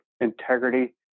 integrity